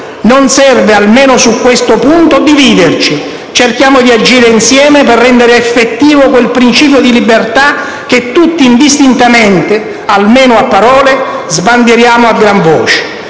Non serve, almeno su questo punto, dividerci: cerchiamo di agire insieme per rendere effettivo quel principio di libertà che tutti indistintamente, almeno a parole, sbandieriamo a gran voce.